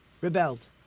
rebelled